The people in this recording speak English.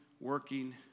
working